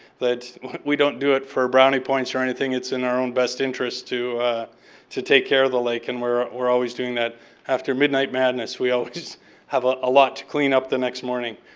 we don't do it for brownie points or anything. it's in our own best interest to to take care of the lake. and we're we're always doing that after midnight madness. we always have a ah lot to clean up the next morning.